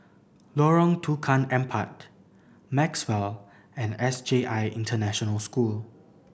Lorong Tukang Empat Maxwell and S J I International School